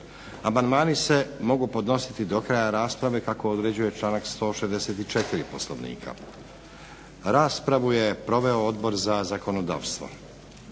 Amandmani se mogu podnositi do kraja rasprave kako određuje članak 164. Poslovnika. Raspravu je proveo Odbor za zakonodavstvo.